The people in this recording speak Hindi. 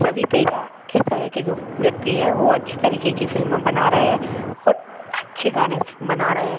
रवि तेजा इस तरह के जो व्यक्ति हैं वे अच्छी तरीक़े की फ़िल्में बना रहे हैं और अच्छे गाने बना रहे हैं